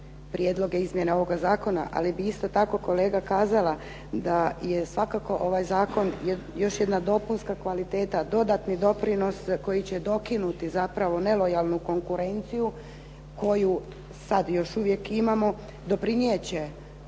prijedloge izmjena ovoga zakona, ali bi isto tako kolega kazala da je svakako ovaj zakon još jedna dopunska kvaliteta, dodatni doprinos koji će dokinuti zapravo nelojalnu konkurenciju koju sad još uvijek imamo, doprinijet